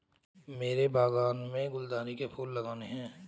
मेरे बागान में गुलदाउदी के फूल लगाने हैं